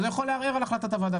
אז הוא יכול לערער על החלטת הוועדה.